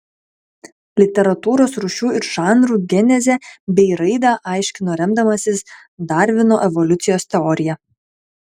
literatūros rūšių ir žanrų genezę bei raidą aiškino remdamasis darvino evoliucijos teorija